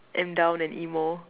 am down and emo